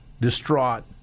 distraught